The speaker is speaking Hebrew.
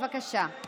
מכחיש קורונה, תרד.